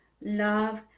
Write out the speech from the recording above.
love